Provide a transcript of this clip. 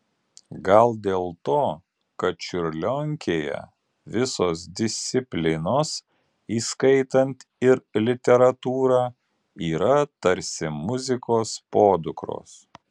gal dėl to kad čiurlionkėje visos disciplinos įskaitant ir literatūrą yra tarsi muzikos podukros